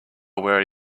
where